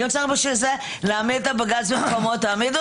ואם צריך בשביל זה להעמיד את הבג"ץ במקומו - תעמידו